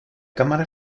cámara